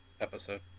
episode